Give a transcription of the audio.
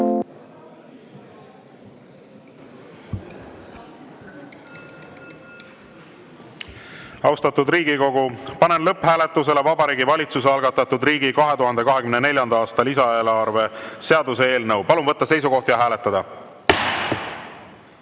Austatud Riigikogu, panen lõpphääletusele Vabariigi Valitsuse algatatud riigi 2024. aasta lisaeelarve seaduse eelnõu. Palun võtta seisukoht ja hääletada!